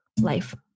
life